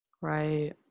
Right